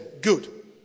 Good